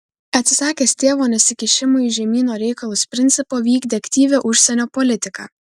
atsisakęs tėvo nesikišimo į žemyno reikalus principo vykdė aktyvią užsienio politiką